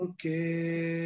Okay